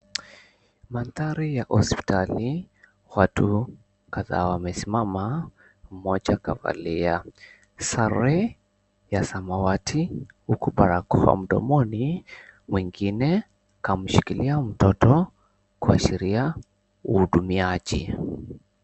Mandhari ya hospitali watu kadhaa wamesimama mmoja kavalia sare ya samawati huku barakoa mdomoni, mwingine kamshikilia mtoto kuashiria uhudumiaji.